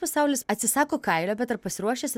pasaulis atsisako kailio bet ar pasiruošęs